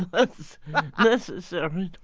that's necessary,